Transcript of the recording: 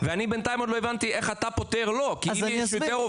אבל זה לא דיון מול כללית או מכבי או סורוקה.